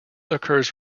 occurs